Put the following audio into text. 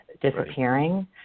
disappearing